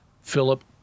Philip